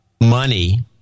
money